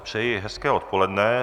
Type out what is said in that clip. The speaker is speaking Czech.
Přeji hezké odpoledne.